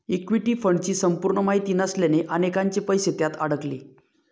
equity फंडची संपूर्ण माहिती नसल्याने अनेकांचे पैसे त्यात अडकले